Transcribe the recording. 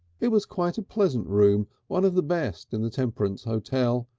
it was quite a pleasant room, one of the best in the temperance hotel,